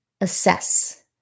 assess